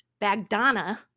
bagdana